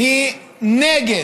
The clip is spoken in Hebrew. היא נגד.